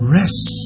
rest